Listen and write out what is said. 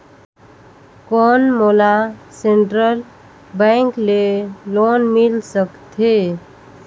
कौन मोला central bank ले लोन मिल सकथे?